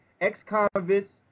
ex-convicts